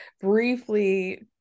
briefly